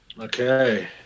Okay